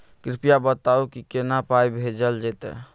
कृपया बताऊ की केना पाई भेजल जेतै?